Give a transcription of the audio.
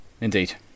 indeed